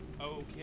Okay